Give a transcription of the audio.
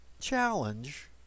Challenge